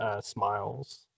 smiles